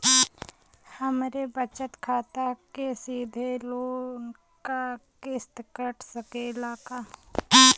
हमरे बचत खाते से सीधे लोन क किस्त कट सकेला का?